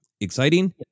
exciting